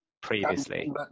previously